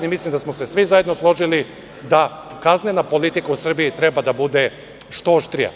Mislim da smo se svi zajedno složili da kaznena politika u Srbiji treba da bude što oštrija.